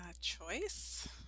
Choice